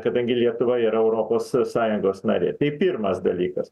kadangi lietuva yra europos sąjungos narė tai pirmas dalykas